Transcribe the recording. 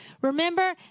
Remember